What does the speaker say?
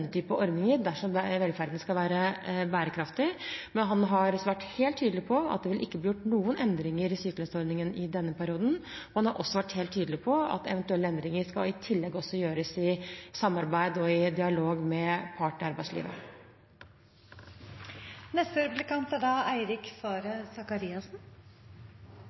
ordninger dersom velferden skal være bærekraftig, men han har vært helt tydelig på at det ikke vil bli gjort noen endringer i sykelønnsordningen i denne perioden. Han har også vært helt tydelig på at eventuelle endringer skal gjøres i samarbeid og dialog med partene i arbeidslivet. Jeg oppfatter signalene fra statsråden som tydelige, og det er